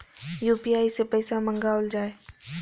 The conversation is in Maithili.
यू.पी.आई सै पैसा मंगाउल जाय?